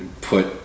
put